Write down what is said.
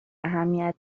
اهمیت